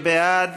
מי בעד?